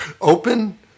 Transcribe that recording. Open